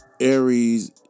Aries